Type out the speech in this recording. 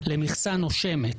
למכסה נושמת,